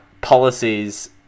policies